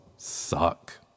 Suck